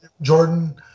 Jordan